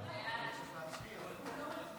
הודעת הממשלה על רצונה